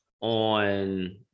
on